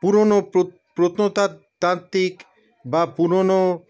পুরনো তাত্ত্বিক বা পুরনো